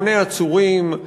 המוני עצורים,